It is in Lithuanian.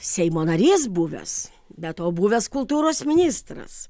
seimo narys buvęs be to buvęs kultūros ministras